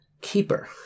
keeper